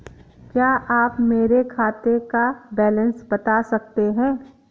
क्या आप मेरे खाते का बैलेंस बता सकते हैं?